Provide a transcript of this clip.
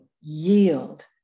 yield